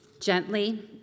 Gently